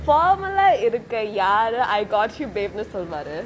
formal லா இருக்க யாரு:laa irukka yaaru I got you babe னு சொல்வாரு:nu solvaaru